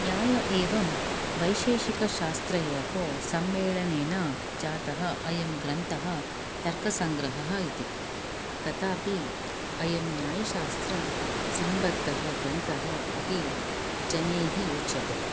न्याय एवं वैशेषिकशास्त्रयोः सम्मेलनेन जातः अयं ग्रन्थः तर्कसङ्ग्रहः इति तथापि अयं न्यायशास्त्रं सम्बद्धः ग्रन्थः इति जनैः उच्यते